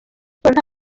sports